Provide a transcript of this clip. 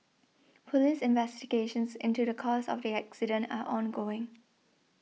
police investigations into the cause of the accident are ongoing